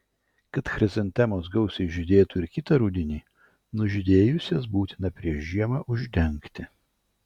kad chrizantemos gausiai žydėtų ir kitą rudenį nužydėjus jas būtina prieš žiemą uždengti